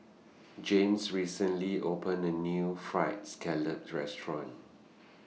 James recently opened A New Fried Scallop Restaurant